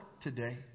today